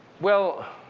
well,